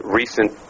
recent